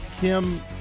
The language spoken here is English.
Kim